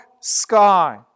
sky